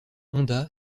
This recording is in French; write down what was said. honda